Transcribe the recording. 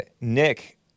Nick